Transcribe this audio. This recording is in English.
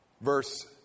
Verse